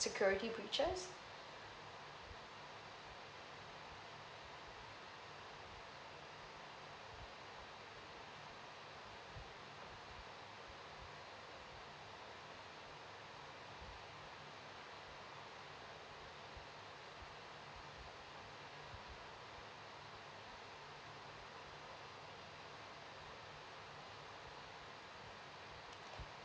security breaches